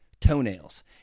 toenails